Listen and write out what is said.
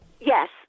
Yes